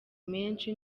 menshi